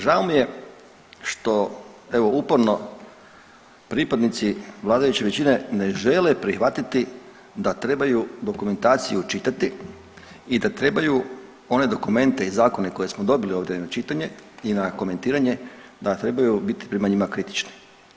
Žao mi je što evo uporno pripadnici vladajuće većine ne žele prihvatiti da trebaju dokumentaciju čitati i da trebaju one dokumente i zakone koje smo dobili ovdje na čitanje i na komentiranje da trebaju biti prema njima kritični.